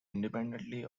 independently